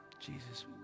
Jesus